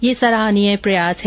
ये सराहनीय प्रयास है